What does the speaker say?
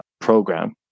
program